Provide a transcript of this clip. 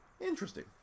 interesting